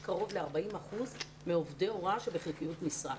קרוב ל-40 אחוזים מעובדי הוראה שעובדים בחלקיות משרה.